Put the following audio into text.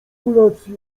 kolację